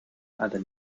other